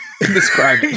Describe